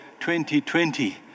2020